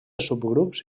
subgrups